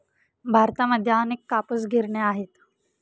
भारतामध्ये अनेक कापूस गिरण्या आहेत